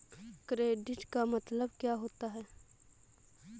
Credit का मतलब क्या होता है?